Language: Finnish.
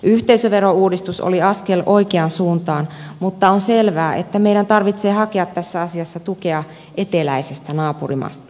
yhteisöverouudistus oli askel oikeaan suuntaan mutta on selvää että meidän tarvitsee hakea tässä asiassa tukea eteläisestä naapurimaastamme